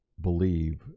Believe